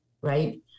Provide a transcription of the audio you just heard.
right